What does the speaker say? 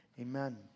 amen